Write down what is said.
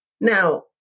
Now